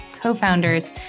co-founders